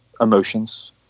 emotions